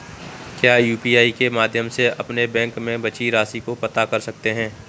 क्या यू.पी.आई के माध्यम से अपने बैंक में बची राशि को पता कर सकते हैं?